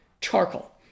charcoal